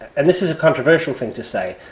and this is a controversial thing to say,